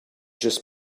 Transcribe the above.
just